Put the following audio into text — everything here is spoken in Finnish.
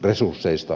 kiitos